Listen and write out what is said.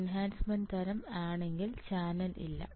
enhancement തരം ആണെങ്കിൽ channel ഇല്ല